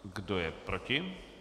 Kdo je proti?